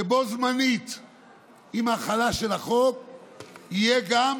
שבו זמנית עם ההחלה של החוק יהיה גם